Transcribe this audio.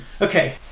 Okay